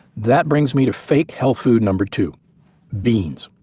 that things me to fake health food number two beans.